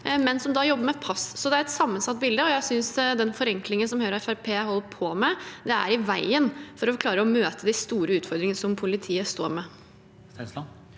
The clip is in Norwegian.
folk som da jobber med pass. Det er et sammensatt bilde, og jeg synes den forenklingen som Høyre og Fremskrittspartiet holder på med, står i veien for å klare å møte de store utfordringene som politiet står